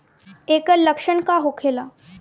ऐकर लक्षण का होखेला?